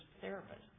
therapist